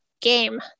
game